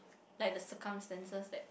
like the circumstances that